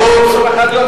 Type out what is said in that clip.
ניכרות,